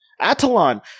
Atalon